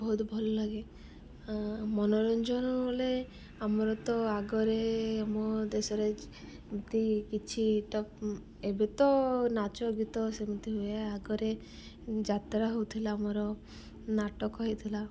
ବହୁତ ଭଲ ଲାଗେ ମନୋରଞ୍ଜନ ବଲେ ଆମର ତ ଆଗରେ ଆମ ଦେଶରେ ଏମତି କିଛିଟା ଏବେ ତ ନାଚ ଗୀତ ସେମିତି ହୁଏ ଆଗରେ ଯାତ୍ରା ହଉଥିଲା ଆମର ନାଟକ ହେଇଥିଲା